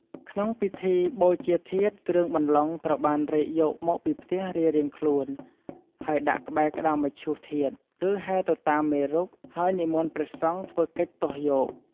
ក្នុងពិធីបូជាធាតុ គ្រឿងបន្លុងត្រូវបានរែកយកមកពីផ្ទះរៀងៗខ្លួន ហើយដាក់ក្បែរក្តារមឈូសធាតុ ឬហែទៅតាមមេរុ ហើយនិមន្តព្រះសង្ឃធ្វើកិច្ចទស់យក។